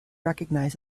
recognize